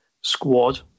squad